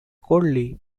coldly